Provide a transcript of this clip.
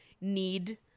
need